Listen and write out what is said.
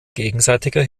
gegenseitiger